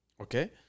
Okay